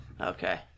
Okay